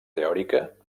teòrica